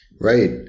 Right